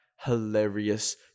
hilarious